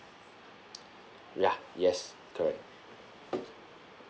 ya yes correct